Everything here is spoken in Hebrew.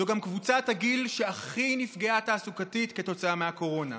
זו גם קבוצת הגיל שהכי נפגעה תעסוקתית כתוצאה מהקורונה.